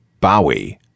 Bowie